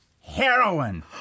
Heroin